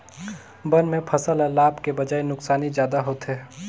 बन में फसल ल लाभ के बजाए नुकसानी जादा होथे